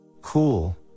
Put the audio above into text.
Cool